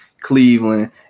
Cleveland